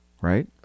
right